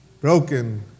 Broken